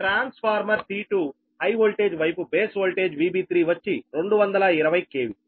transformer T2 high voltage వైపు base voltage VB3 వచ్చి 220 KV